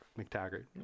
McTaggart